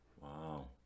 Wow